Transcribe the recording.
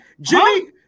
Jimmy